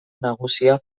nagusia